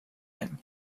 any